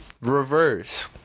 reverse